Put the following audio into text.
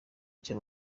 icyo